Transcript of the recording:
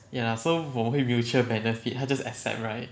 ya so 我会 mutual benefit 他 just accept right